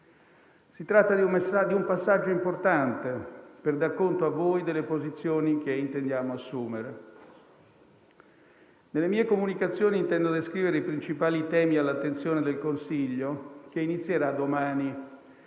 Si tratta di un passaggio importante per dar conto a voi delle posizioni che intendiamo assumere. Nelle mie comunicazioni intendo descrivere i principali temi all'attenzione del Consiglio che inizierà domani: